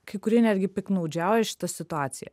kai kurie netgi piktnaudžiauja šita situacija